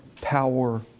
power